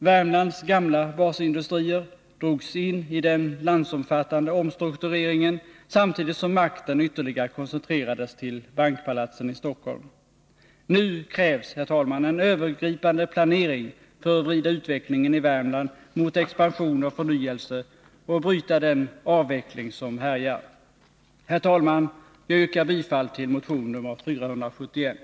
Värmlands gamla basindustrier drogs in i den landsomfattande omstruktureringen, samtidigt som makten ytterligare koncentrerades till bankpalatsen i Stockholm. Nu krävs en övergripande planering för att vrida utvecklingen i Värmland mot expansion och förnyelse och bryta den avveckling som härjar. Herr talman! Jag yrkar bifall till motion 471.